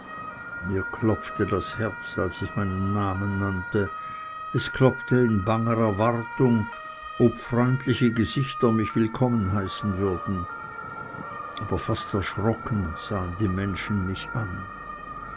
mir klopfte das herz als ich meinen namen nannte es klopfte in banger erwartung ob freundliche gesichter mich willkommen heißen würden aber fast erschrocken sahen mich die menschen an